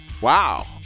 Wow